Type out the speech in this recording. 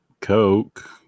Coke